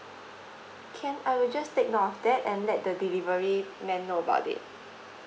can I will just take note of that and let the delivery man know about it